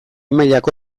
mailako